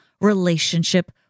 relationship